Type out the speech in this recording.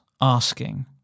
asking